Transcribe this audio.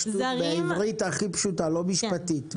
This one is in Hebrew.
בעברית הכי פשוטה, לא משפטית.